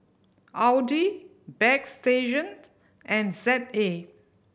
Audi Bagstationz and Z A